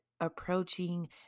approaching